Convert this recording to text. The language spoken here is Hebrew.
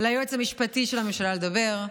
ליועץ המשפטי של הממשלה לדבר,